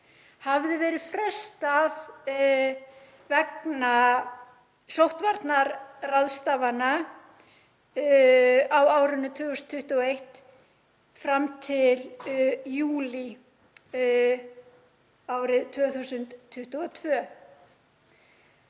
hafði verið frestað vegna sóttvarnaráðstafana fram til júlí árið 2022.